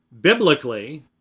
biblically